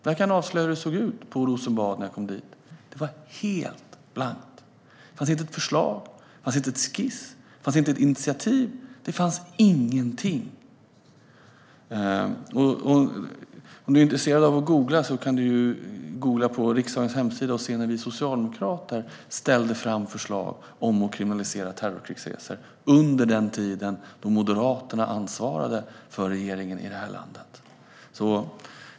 Jag kan avslöja hur det såg ut på Rosenbad när jag kom dit: Det var helt blankt. Det fanns inte ett förslag. Det fanns inte en skiss. Det fanns inte ett initiativ. Det fanns ingenting. Om Anti Avsan är intresserad av att googla kan han googla på riksdagens hemsida och se att vi socialdemokrater lade fram förslag om att kriminalisera terrorkrigsresor under den tid då Moderaterna ansvarade för regeringen i det här landet.